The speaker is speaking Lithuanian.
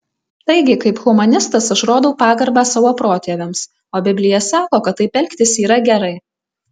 taigi kaip humanistas aš rodau pagarbą savo protėviams o biblija sako kad taip elgtis yra gerai